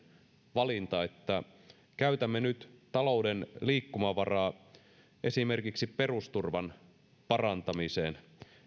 valinta että käytämme nyt talouden liikkumavaraa esimerkiksi perusturvan parantamiseen